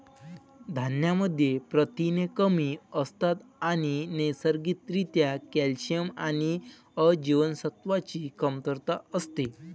धान्यांमध्ये प्रथिने कमी असतात आणि नैसर्गिक रित्या कॅल्शियम आणि अ जीवनसत्वाची कमतरता असते